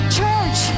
Church